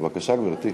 בבקשה, גברתי.